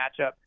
matchup